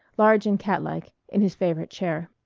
large and catlike, in his favorite chair.